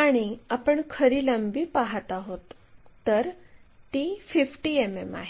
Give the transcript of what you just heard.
r2 line काढल्यावर q आणि r2 line जोडा